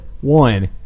one